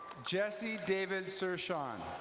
jessie david shurshong.